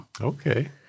Okay